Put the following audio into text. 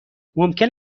ممکن